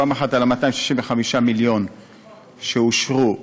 פעם אחת על 265 המיליון שאושרו: